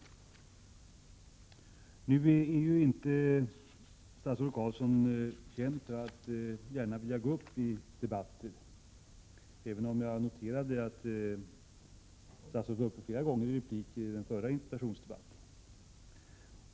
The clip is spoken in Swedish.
Statsrådet Carlsson är ju inte känd för att vilja gå upp flera gånger i en debatt, även om jag noterade att statsrådet gjorde flera inlägg i den förra interpellationsdebatten.